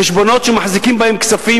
חשבונות שמחזיקים בהם כספים